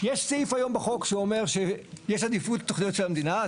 יש סעיף היום בחוק שאומר שיש עדיפות לתוכניות של המדינה,